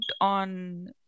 on